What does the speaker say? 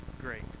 great